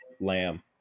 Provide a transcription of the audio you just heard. lamb